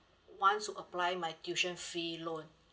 wants to apply my tuition fee loan